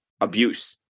abuse